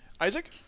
Isaac